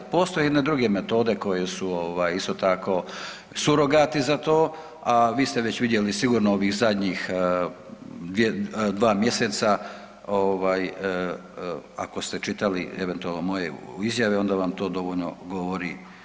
Postoje jedne druge metode koje su ovaj isto tako surogati za to, a vi ste već vidjeli sigurno ovih zadnjih dva mjeseca ovaj ako ste čitali eventualno moje izjave onda vam to dovoljno govori.